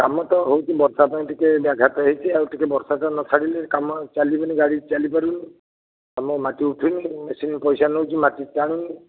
କାମ ତ ହେଉଛି ବର୍ଷା ପାଇଁ ଟିକେ ବ୍ୟାଘାତ ହୋଇଛି ଆଉ ଟିକେ ବର୍ଷାଟା ନ ଛାଡ଼ିଲେ କାମ ଚାଲିବନି ଗାଡ଼ି ଚାଲିପାରିବନି ଭଲ ମାଟି ଉଠିନି ମେସିନ୍ ପଇସା ନେଉଛି ମାଟି ଟାଣୁନି